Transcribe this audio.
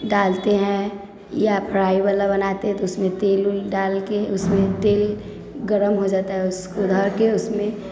डालते हैं या फ्राईवला बनाते है तो उसमे तेल वेल डालके उसमे तेल गरम हो जाता है उसको धरके उसमे